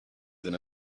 than